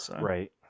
Right